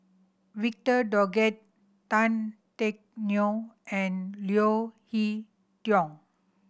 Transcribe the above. Victor Doggett Tan Teck Neo and Leo Hee Tong